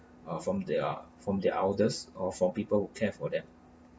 uh from their from their elders or from people who care for them